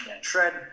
shred